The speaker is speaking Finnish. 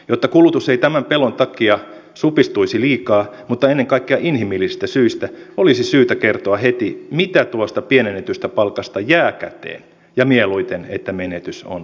jotta kulutus ei tämän pelon takia supistuisi liikaa mutta ennen kaikkea inhimillisistä syistä olisi syytä kertoa heti mitä tuosta pienennetystä palkasta jää käteen ja mieluiten että menetys on vähäinen